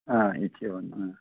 ఇవ్వండి